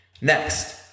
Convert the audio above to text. Next